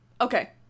Okay